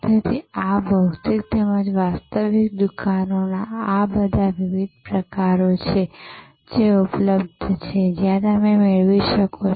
તેથી આ ભૌતિક તેમજ વાસ્તવિક દુકાનોના આ બધા વિવિધ પ્રકારો છેજે ઉપલબ્ધ છે જ્યાં તમે મેળવી શકો છો